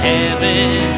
Heaven